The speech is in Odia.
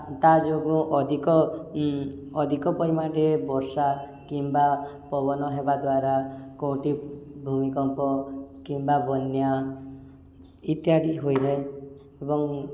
ତା' ଯୋଗୁଁ ଅଧିକ ଅଧିକ ପରିମାଣରେ ବର୍ଷା କିମ୍ବା ପବନ ହେବା ଦ୍ୱାରା କେଉଁଠି ଭୂମିକମ୍ପ କିମ୍ବା ବନ୍ୟା ଇତ୍ୟାଦି ହୋଇଥାଏ ଏବଂ